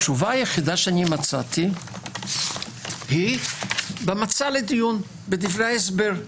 התשובה היחידה שמצאתי היא במצע לדיון בדברי ההסבר.